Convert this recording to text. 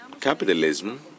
capitalism